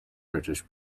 british